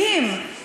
מתעמקים,